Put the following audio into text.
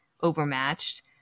overmatched